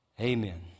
Amen